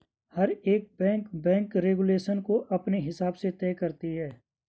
हर एक bank bank regulation को अपने हिसाब से तय करती है